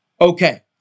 Okay